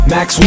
Max